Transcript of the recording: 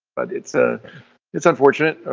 but, it's ah it's unfortunate.